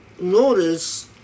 notice